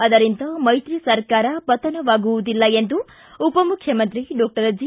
ಅದರಿಂದ ಮೈತ್ರಿ ಸರ್ಕಾರ ಪತನವಾಗುವುದಿಲ್ಲ ಎಂದು ಉಪಮುಖ್ಯಮಂತ್ರಿ ಡಾಕ್ಟರ್ ಜಿ